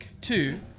Two